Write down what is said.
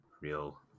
real